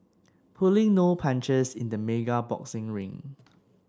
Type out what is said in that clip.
pulling no punches in the mega boxing ring